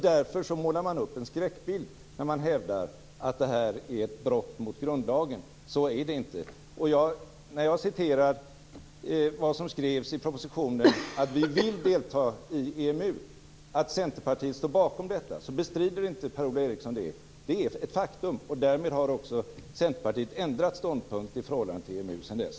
Därför målar man upp en skräckbild när man hävdar att det är ett brott mot grundlagen. Så är det inte. Jag citerade vad som skrevs i propositionen om att vi vill delta i EMU. Per-Ola Eriksson bestrider inte att Centerpartiet stod bakom detta. Det är ett faktum, och därmed har Centerpartiet ändrat ståndpunkt i förhållande till EMU sedan dess.